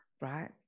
Right